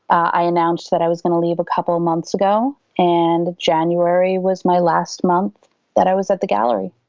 i announced that i was going to leave a couple of months ago and january was my last month that i was at the gallery.